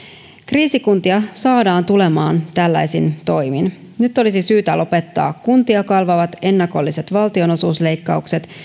kriisikuntia saadaan tulemaan tällaisin toimin nyt olisi syytä lopettaa kuntia kalvavat ennakolliset valtionosuusleikkaukset